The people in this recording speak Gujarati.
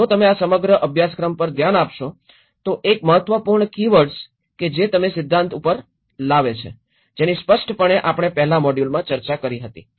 અને જો તમે આ સમગ્ર અભ્યાસક્રમ પર ધ્યાન આપશો તો એક મહત્વપૂર્ણ કીવર્ડ્સ કે જે તમે સિદ્ધાંત ઉપર આવે છે જેની સ્પષ્ટપણે આપણે પહેલા મોડ્યુલોમાં ચર્ચા કરી હતી